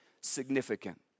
significant